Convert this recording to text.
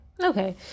Okay